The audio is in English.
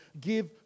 give